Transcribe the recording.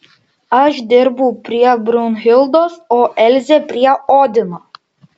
aš dirbau prie brunhildos o elzė prie odino